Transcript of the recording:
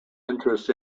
interest